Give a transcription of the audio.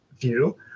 view